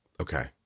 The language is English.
Okay